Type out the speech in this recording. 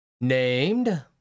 named